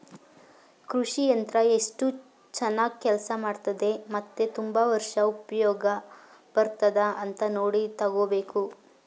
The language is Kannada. ಕೃಷಿ ಯಂತ್ರ ಎಸ್ಟು ಚನಾಗ್ ಕೆಲ್ಸ ಮಾಡ್ತದೆ ಮತ್ತೆ ತುಂಬಾ ವರ್ಷ ಉಪ್ಯೋಗ ಬರ್ತದ ಅಂತ ನೋಡಿ ತಗೋಬೇಕು